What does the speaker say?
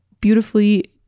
beautifully